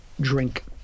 drink